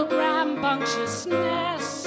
rambunctiousness